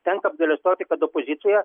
tenka apgailestauti kad opozicija